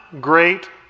great